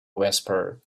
whisperer